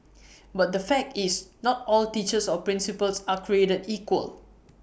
but the fact is not all teachers or principals are created equal